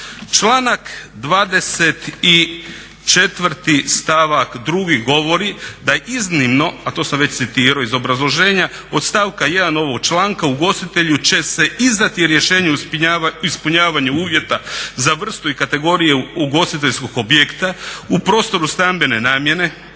Članak 24. stavak 2. govori da iznimno, a to sam već citirao iz obrazloženja od stavka 1. ovog članka ugostitelju će se izdati rješenje o ispunjavanju uvjeta za vrstu i kategorije ugostiteljskog objekta u prostoru stambene namjere